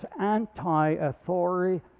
anti-authority